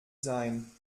sein